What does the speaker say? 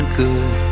good